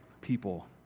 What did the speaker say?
people